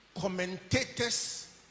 commentators